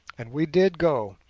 and we did go!